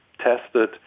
tested